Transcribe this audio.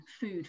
food